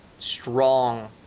Strong